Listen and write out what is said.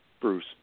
Bruce